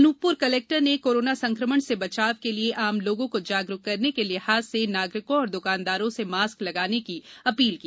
Anuppur collector ने corona संक्रमण से बचाव के लिए आम लोगों को जागरूक करने के लिहाज से नागरिकों एवं दुकानदारों से मास्क लगाए रखने की अपील की